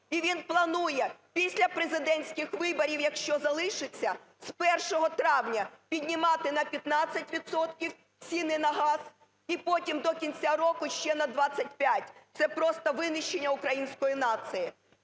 І він планує після президентських виборів, якщо залишиться, з 1 травня піднімати на 15 відсотків ціни на газ і потім до кінця року ще на 25. Це просто винищення української нації.